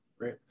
Great